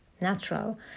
natural